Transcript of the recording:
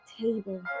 table